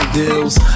deals